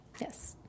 Yes